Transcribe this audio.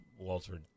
Walter